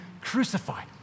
crucified